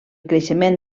creixement